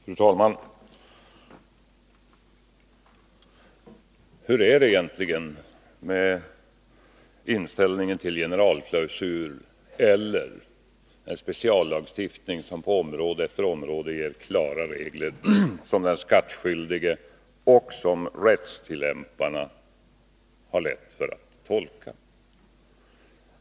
Fru talman! Hur är det egentligen med inställningen till en generalklausul eller en speciallagstiftning som på område efter område ger klara regler som den skattskyldige och rättstillämparna har lätt för att tolka?